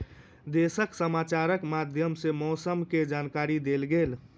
देशक समाचारक माध्यम सॅ मौसम के जानकारी देल गेल